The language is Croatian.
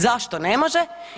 Zašto ne može?